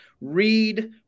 read